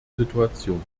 situation